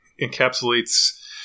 encapsulates